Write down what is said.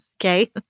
okay